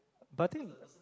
but I think